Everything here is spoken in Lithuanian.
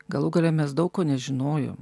galų gale mes daug ko nežinojom